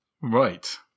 right